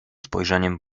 spojrzeniem